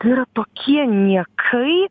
tai yra tokie niekai